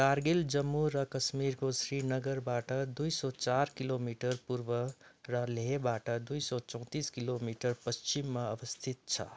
कारगिल जम्मू र कश्मिरको श्रीनगरबाट दुई सय चार किलोमिटर पुर्व र लेहबाट दुई सय चौतिस किलोमिटर पश्चिममा अवस्थित छ